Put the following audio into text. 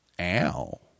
Ow